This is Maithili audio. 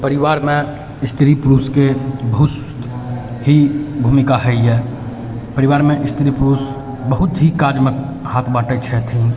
परिवारमे स्त्री पुरुषके बहुत ही भूमिका होइए परिवारमे स्त्री पुरुष बहुत ही काजमे हाथ बाँटै छथि